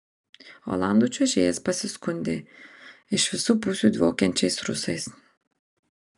olandų čiuožėjas pasiskundė iš visų pusių dvokiančiais rusais